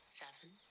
seven